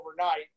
overnight